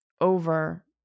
over